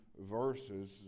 verses